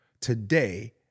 today